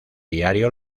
diario